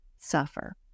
suffer